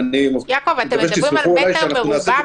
ואני מקווה שתסמכו עליי שאנחנו נעשה את זה